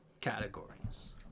categories